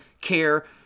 care